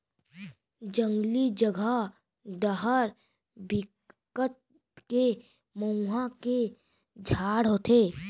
जंगली जघा डहर बिकट के मउहा के झाड़ होथे